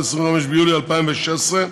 25 ביולי 2016,